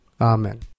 Amen